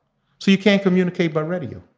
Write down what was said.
so you can't communicate by radio.